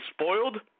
spoiled –